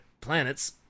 planets